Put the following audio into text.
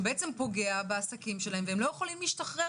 שפוגע בעסקים שלהם והם לא יכולים להשתחרר